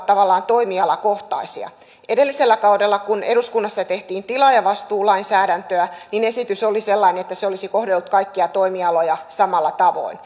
tavallaan toimialakohtaisia edellisellä kaudella kun eduskunnassa tehtiin tilaajavastuulainsäädäntöä esitys oli sellainen että se olisi kohdellut kaikkia toimialoja samalla tavoin